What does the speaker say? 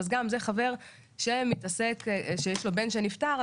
אז גם זה חבר שיש לו בן שנפטר,